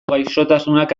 gaixotasunak